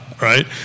Right